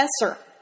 professor